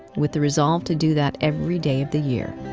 with a resolve to do that every day of the year.